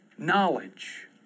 knowledge